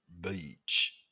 Beach